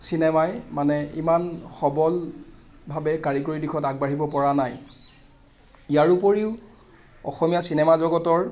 চিনেমাই মানে ইমান সবলভাৱে কাৰিকৰী দিশত আগবাঢ়িব পৰা নাই ইয়াৰ ওপৰিও অসমীয়া চিনেমা জগতৰ